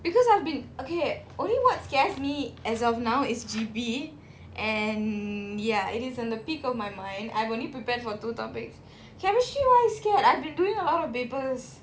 because I've been okay only what scares me as of now is G_P and ya it is on the peak of my mind I've only prepared for two topics chemistry why scared I've been doing a lot of papers